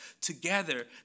together